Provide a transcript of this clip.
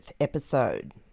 episode